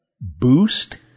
Boost